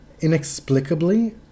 inexplicably